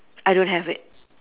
I don't have it